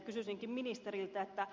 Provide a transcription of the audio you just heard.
kysyisinkin ministeriltä